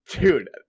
Dude